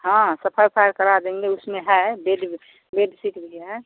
हाँ सफ़ाई उफ़ाई करा देंगे उसमें है बेड ब बेडसीट भी है